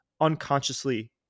unconsciously